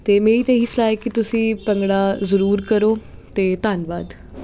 ਅਤੇ ਮੇਰੀ ਤਾਂ ਇਹੀ ਸਲਾਹ ਹੈ ਕਿ ਤੁਸੀਂ ਭੰਗੜਾ ਜ਼ਰੂਰ ਕਰੋ ਅਤੇ ਧੰਨਵਾਦ